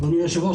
אדוני היושב-ראש,